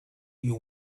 you